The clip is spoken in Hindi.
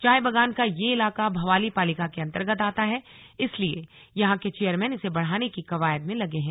चाय बागान का यह इलाका भवाली पालिका के अंर्तगत आता है इसलिए यहां के चेयरमैन इसे बढ़ाने की कवायद में लगे हैं